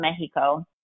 mexico